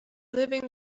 living